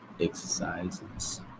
exercises